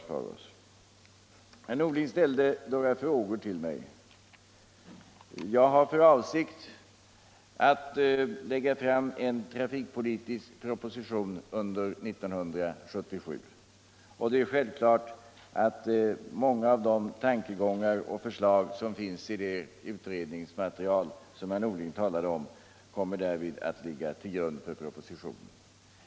Herr Norling ställde några frågor till mig. Jag har för avsikt att lägga fram en trafikpolitisk proposition under 1977. Det är självklart att många av de tankegångar och förslag som finns i det utredningsmalterial som herr Norling talade om därvid kommer att ligga till grund för propositionen.